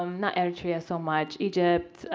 um not eritrea so much, egypt,